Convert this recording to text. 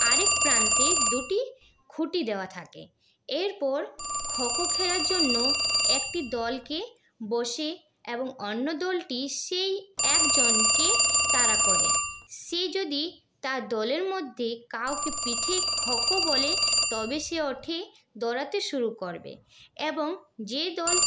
আরেক প্রান্তে দুটি খুঁটি দেওয়া থাকে এরপর খো খো খেলার জন্য একটি দলকে বসে এবং অন্য দলটি সেই একজনকে তাড়া করে সে যদি তার দলের মধ্যে কাউকে পিঠে খো খো বলে তবে সে উঠে দৌড়াতে শুরু করবে এবং যে দল